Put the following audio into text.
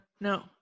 No